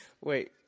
Wait